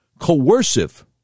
coercive